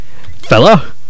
Fella